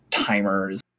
timers